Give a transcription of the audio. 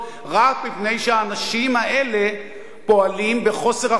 רק מפני שהאנשים האלה פועלים בחוסר אחריות,